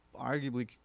arguably